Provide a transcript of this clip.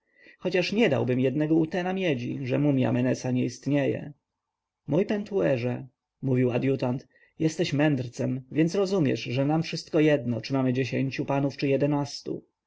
chociaż nie dałbym jednego utena miedzi że mumja menesa nie istnieje mój pentuerze mówił adjutant jesteś mędrcem więc rozumiesz że nam wszystko jedno czy mamy dziesięciu panów czy jedenastu